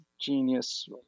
genius